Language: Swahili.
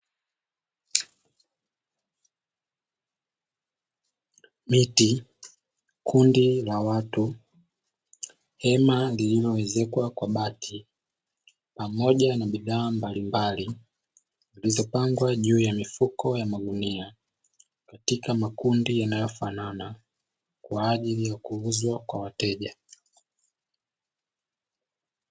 Miti, kundi la watu, hema lililoezekwa kwa bati pamoja na bidhaa mbalimbali. Zilizopangwa juu ya mifuko ya magunia, katika makundi yanayofanana kwa ajili ya kuuza kwa wateja.